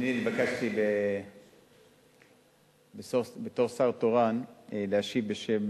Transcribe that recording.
אני התבקשתי, בתור שר תורן, להשיב בשם